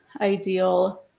ideal